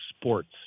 sports